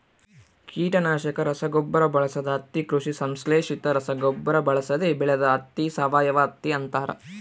ಕೀಟನಾಶಕ ರಸಗೊಬ್ಬರ ಬಳಸದ ಹತ್ತಿ ಕೃಷಿ ಸಂಶ್ಲೇಷಿತ ರಸಗೊಬ್ಬರ ಬಳಸದೆ ಬೆಳೆದ ಹತ್ತಿ ಸಾವಯವಹತ್ತಿ ಅಂತಾರ